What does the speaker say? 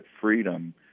freedom